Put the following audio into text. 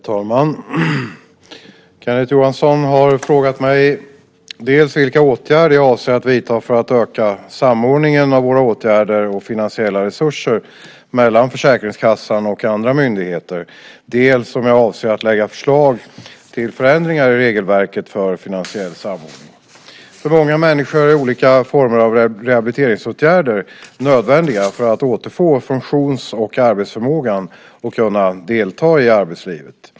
Herr talman! Kenneth Johansson har frågat mig dels vilka åtgärder jag avser att vidta för att öka samordningen av våra åtgärder och finansiella resurser mellan Försäkringskassan och andra myndigheter, dels om jag avser att lägga fram förslag till förändringar i regelverket för finansiell samordning. För många människor är olika former av rehabiliteringsåtgärder nödvändiga för att återfå funktions och arbetsförmågan och kunna delta i arbetslivet.